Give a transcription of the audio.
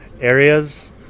areas